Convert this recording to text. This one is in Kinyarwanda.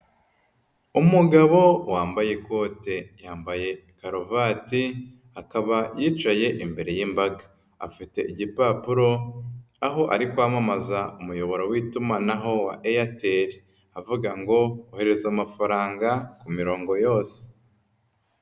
Umugabo wambaye ikote yambaye karuvati, akaba yicaye imbere y'imbaga afite igipapuro, aho ari kwamamaza umuyoboro w'itumanaho wa Airtel, avuga ngo ohereza amafaranga ku mirongo yose.